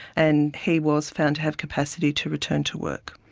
and he was found to have capacity to return to work.